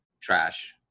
trash